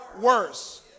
worse